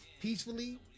Peacefully